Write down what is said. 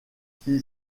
qui